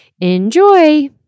Enjoy